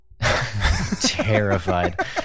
Terrified